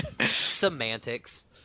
Semantics